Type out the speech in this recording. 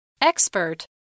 Expert